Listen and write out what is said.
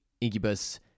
Incubus